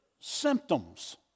symptoms